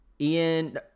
Ian